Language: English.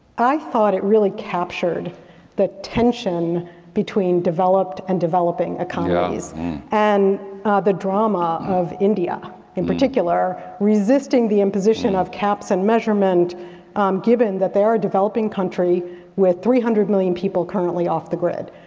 i thought it really captured the tension between developed and developing economies and the drama of india in particular resisting the imposition of caps and measurement given that they are a developing country with three hundred million people currently off the grid.